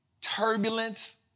turbulence